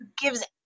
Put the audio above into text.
gives